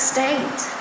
State